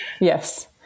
yes